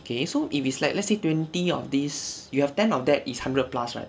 okay so if it's like let's say twenty of these you have ten of that is hundred plus right